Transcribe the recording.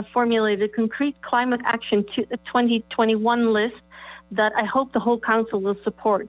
have formulated concrete climate action to two thousand and twenty one list that i hope the whole council will support